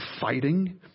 fighting